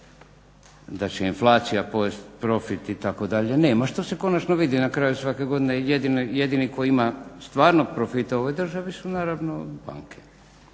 da će inflacija pojesti profit itd. nema, što se konačno vidi na kraju svake godine. jedini koji ima stvarno profita u ovoj državi su naravno banke.